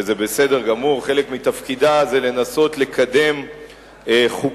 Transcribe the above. וזה בסדר גמור, חלק מתפקידה זה לנסות לקדם חוקים